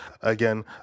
again